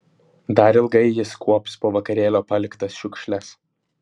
dar ilgai jis kuops po vakarėlio paliktas šiukšles